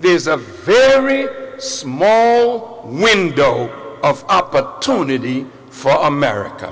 this is a very small window of opportunity for america